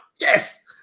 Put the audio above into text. yes